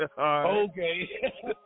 Okay